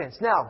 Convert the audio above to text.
Now